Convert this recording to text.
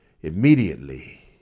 immediately